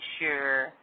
sure